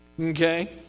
Okay